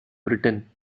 britain